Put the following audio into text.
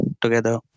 together